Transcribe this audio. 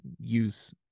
use